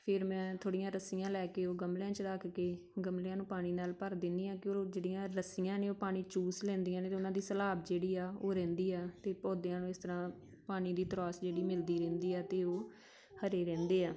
ਫਿਰ ਮੈਂ ਥੋੜ੍ਹੀਆਂ ਰੱਸੀਆਂ ਲੈ ਕੇ ਉਹ ਗਮਲਿਆਂ 'ਚ ਰੱਖ ਕੇ ਗਮਲਿਆਂ ਨੂੰ ਪਾਣੀ ਨਾਲ ਭਰ ਦਿੰਦੀ ਹਾਂ ਕਿ ਉਹ ਜਿਹੜੀਆਂ ਰੱਸੀਆਂ ਨੇ ਉਹ ਪਾਣੀ ਚੂਸ ਲੈਂਦੀਆਂ ਨੇ ਅਤੇ ਉਹਨਾਂ ਦੀ ਸਲਾਬ ਜਿਹੜੀ ਆ ਉਹ ਰਹਿੰਦੀ ਆ ਅਤੇ ਪੌਦਿਆਂ ਨੂੰ ਇਸ ਤਰ੍ਹਾਂ ਪਾਣੀ ਦੀ ਤਰਾਸ ਜਿਹੜੀ ਮਿਲਦੀ ਰਹਿੰਦੀ ਆ ਅਤੇ ਉਹ ਹਰੇ ਰਹਿੰਦੇ ਆ